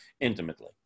intimately